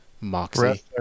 moxie